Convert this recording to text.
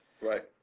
right